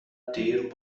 دیر